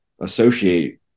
associate